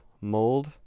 mold